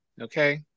okay